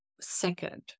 second